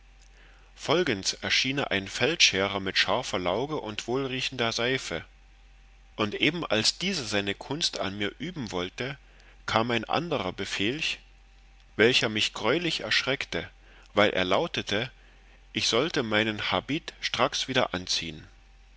folgends erschiene ein feldscherer mit scharfer lauge und wohlriechender seife und eben als dieser seine kunst an mir üben wollte kam ein ander befelch welcher mich greulich erschreckte weil er lautete ich sollte meinen habit stracks wieder anziehen